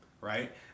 right